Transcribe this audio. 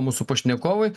mūsų pašnekovai